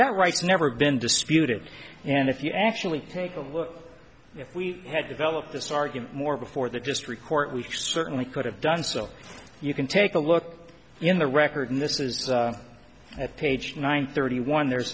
that right never been disputed and if you actually take a look if we had developed this argument more before the just report we certainly could have done so you can take a look in the record and this is at page one thirty one there's